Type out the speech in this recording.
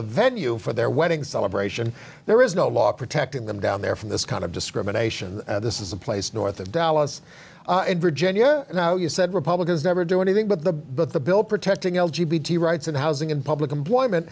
the venue for their wedding celebration there is no law protecting them down there from this kind of discrimination this is a place north of dallas and virginia now you said republicans never do anything but the but the bill protecting l g b t rights and housing and public employment